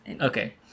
Okay